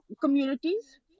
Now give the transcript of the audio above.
Communities